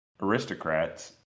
aristocrats